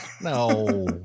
No